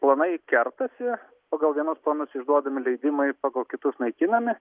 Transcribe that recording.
planai kertasi pagal vienus planus išduodami leidimai pagal kitus naikinami